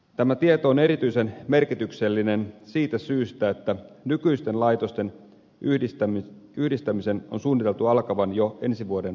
tämä tieto on erityisen merkityksellinen siitä syystä että nykyisten laitosten yhdistämisen on suunniteltu alkavan jo ensi vuoden alusta